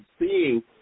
seeing